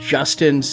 Justin